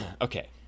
Okay